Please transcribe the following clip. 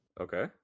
Okay